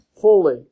fully